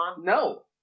No